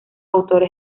autores